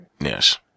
Yes